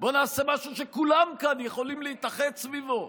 בוא נעשה משהו שכולם כאן יכולים להתאחד סביבו,